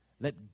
Let